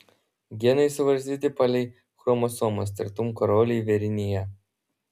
genai suvarstyti palei chromosomas tartum karoliai vėrinyje